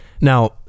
Now